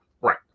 Right